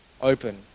open